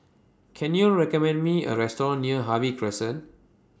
Can YOU recommend Me A Restaurant near Harvey Crescent